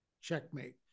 checkmate